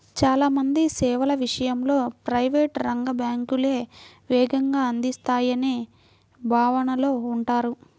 చాలా మంది సేవల విషయంలో ప్రైవేట్ రంగ బ్యాంకులే వేగంగా అందిస్తాయనే భావనలో ఉంటారు